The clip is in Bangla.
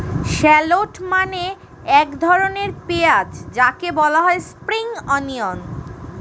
শ্যালোট মানে এক ধরনের পেঁয়াজ যাকে বলা হয় স্প্রিং অনিয়ন